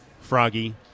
froggy